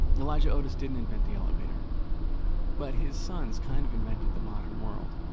elijah otis didn't invent the elevator but his sons kind of invented the modern world.